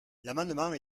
l’amendement